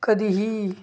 कधीही